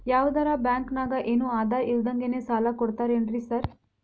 ಯಾವದರಾ ಬ್ಯಾಂಕ್ ನಾಗ ಏನು ಆಧಾರ್ ಇಲ್ದಂಗನೆ ಸಾಲ ಕೊಡ್ತಾರೆನ್ರಿ ಸಾರ್?